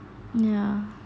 ya